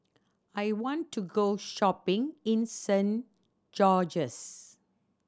I want to go shopping in Saint George's